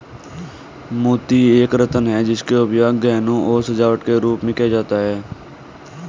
मोती एक रत्न है जिसका उपयोग गहनों और सजावट के रूप में किया जाता था